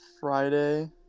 friday